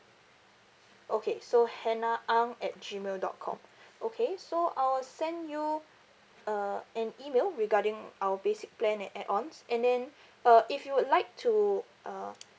okay so hannah ang at gmail dot com okay so I will send you uh an email regarding our basic plan and add ons and then uh if you would like to uh